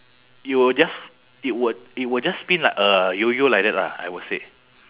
you will just it would it will just spin like a yo-yo like that lah I would say